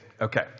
Okay